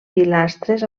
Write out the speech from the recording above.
pilastres